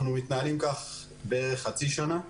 אנחנו מתנהלים כך כחצי שנה.